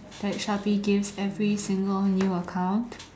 that Shopee gives every single new account